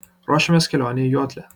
ruošiamės kelionei į juodlę